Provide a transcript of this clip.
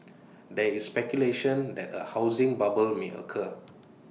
there is speculation that A housing bubble may occur